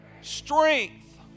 strength